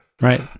Right